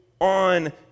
on